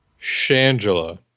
shangela